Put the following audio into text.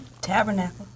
Tabernacle